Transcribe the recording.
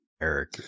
Eric